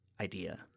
idea